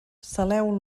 saleu